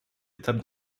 étape